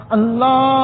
Allah